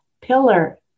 pillar